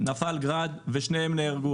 שלנו נהרגו.